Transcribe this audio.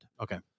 Okay